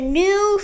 new